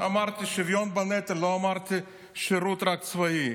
אמרתי "שוויון בנטל", לא אמרתי רק שירות צבאי.